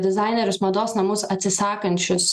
dizainerius mados namus atsisakančius